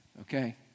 Okay